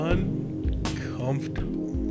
Uncomfortable